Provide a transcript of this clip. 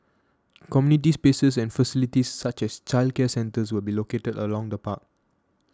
community spaces and facilities such as childcare centres will be located along the park